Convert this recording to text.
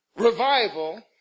revival